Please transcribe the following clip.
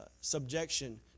subjection